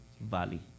Valley